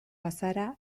bazara